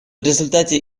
результате